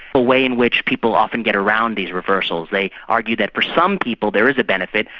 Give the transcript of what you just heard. a way in which people often get around these reversals, they argue that for some people there is a benefit,